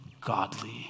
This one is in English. godly